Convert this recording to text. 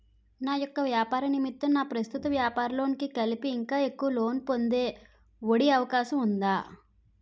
నా యెక్క వ్యాపార నిమిత్తం నా ప్రస్తుత వ్యాపార లోన్ కి కలిపి ఇంకా ఎక్కువ లోన్ పొందే ఒ.డి అవకాశం ఉందా?